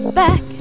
back